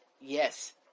Yes